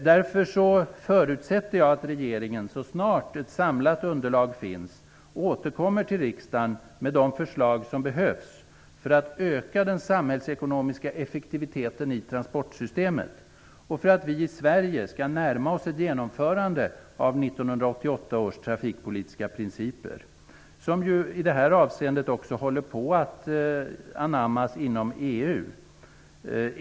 Därför förutsätter jag att regeringen, så snart ett samlat underlag finns, återkommer till riksdagen med de förslag som behövs för att öka den samhällsekonomiska effektiviteten i transportsystemet och för att vi i Sverige skall närma oss ett genomförande av 1988 års trafikpolitiska principer, som ju i det här avseendet också håller på att anammas inom EU.